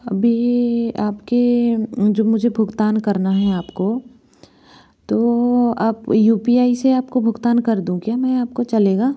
अभी आपके जो मुझे भुगतान करना है आपको तो आप यू पी आई से आपको भुगतान कर दूँ क्या मैं आपको चलेगा